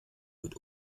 mit